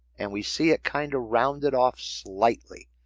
and we see it kind of rounded off slightly.